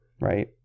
Right